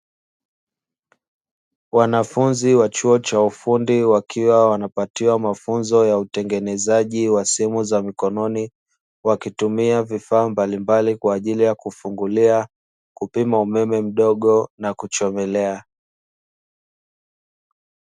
Wanafunzi wa chuo cha ufundi wakiwa wanapatiwa mafunzo ya utengenezaji wa simu za mikononi wakitumia vifaa mbalimbali kwa ajili ya kufungulia, kupima umeme mdogo na kuchomelea.